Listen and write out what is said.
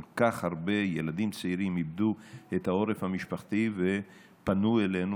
כל כך הרבה ילדים צעירים איבדו את העורף המשפחתי ופנו אלינו,